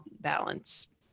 balance